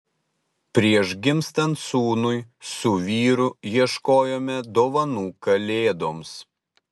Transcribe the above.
prieš gimstant sūnui su vyru ieškojome dovanų kalėdoms